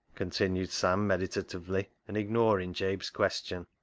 continued sam meditatively and ignoring jabe's question.